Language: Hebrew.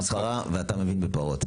פרה פרה, ואתה מבין בפרות.